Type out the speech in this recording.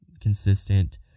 consistent